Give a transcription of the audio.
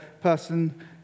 person